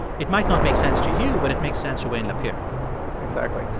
it might not make sense to you. but it makes sense to wayne lapierre exactly.